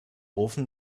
ofen